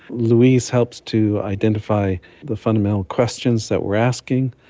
louise helps to identify the fundamental questions that we are asking.